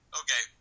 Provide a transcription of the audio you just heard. okay